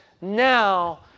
now